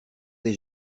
des